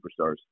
superstars